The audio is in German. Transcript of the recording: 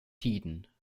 tiden